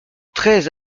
treize